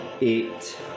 eight